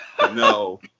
No